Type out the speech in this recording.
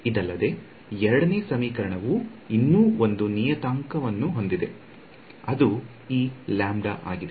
ಇದಲ್ಲದೆ ಎರಡನೆಯ ಸಮೀಕರಣವು ಇನ್ನೂ ಒಂದು ನಿಯತಾಂಕವನ್ನು ಹೊಂದಿದೆ ಅದು ಈ ಲ್ಯಾಂಬ್ಡಾ ಆಗಿದೆ